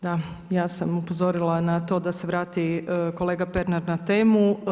Da, ja sam upozorila na to da se vrati kolega Pernar na temu.